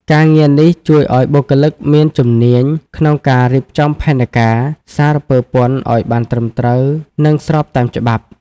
ការងារនេះជួយឱ្យបុគ្គលិកមានជំនាញក្នុងការរៀបចំផែនការសារពើពន្ធឱ្យបានត្រឹមត្រូវ និងស្របតាមច្បាប់។